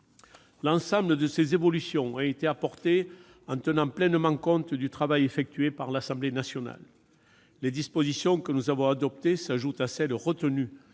L'ensemble de ces évolutions ont été apportées en tenant pleinement compte du travail effectué par l'Assemblée nationale. Les dispositions que nous avons adoptées s'ajoutent à celles qui